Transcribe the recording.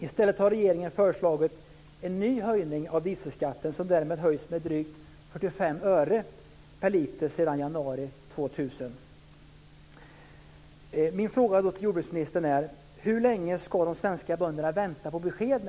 I stället har regeringen föreslagit en ny höjning av dieselskatten, som därmed har höjts med drygt 45 öre per liter sedan januari 2000.